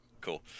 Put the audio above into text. Cool